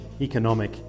Economic